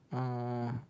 uh